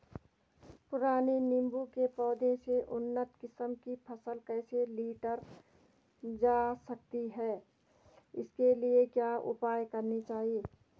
पुराने नीबूं के पौधें से उन्नत किस्म की फसल कैसे लीटर जा सकती है इसके लिए क्या उपाय करने चाहिए?